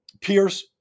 Pierce